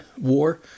war